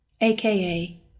AKA